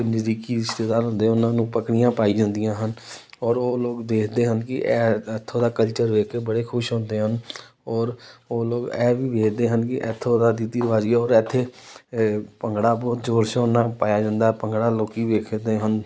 ਨਜ਼ਦੀਕੀ ਰਿਸ਼ਤੇਦਾਰ ਹੁੰਦੇ ਉਹਨਾਂ ਨੂੰ ਪਗੜੀਆਂ ਪਾਈਆਂ ਜਾਂਦੀਆਂ ਹਨ ਔਰ ਉਹ ਲੋਕ ਦੇਖਦੇ ਹਨ ਕਿ ਐ ਇੱਥੋਂ ਦਾ ਕਲਚਰ ਵੇਖ ਕੇ ਬੜੇ ਖੁਸ਼ ਹੁੰਦੇ ਹਨ ਔਰ ਉਹ ਲੋਕ ਇਹ ਵੀ ਵੇਖਦੇ ਹਨ ਕਿ ਇੱਥੋਂ ਦਾ ਰੀਤੀ ਰਿਵਾਜ਼ ਔਰ ਇੱਥੇ ਭੰਗੜਾ ਬਹੁਤ ਜ਼ੋਰ ਸ਼ੋਰ ਨਾਲ ਪਾਇਆ ਜਾਂਦਾ ਭੰਗੜਾ ਲੋਕ ਵੇਖਦੇ ਹਨ